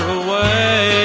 away